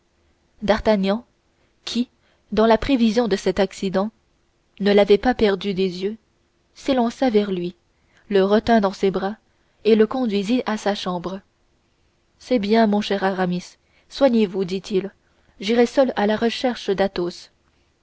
d'artagnan qui dans la prévision de cet accident ne l'avait pas perdu des yeux s'élança vers lui le retint dans ses bras et le conduisit à sa chambre c'est bien mon cher aramis soignez-vous dit-il j'irai seul à la recherche d'athos